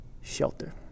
shelter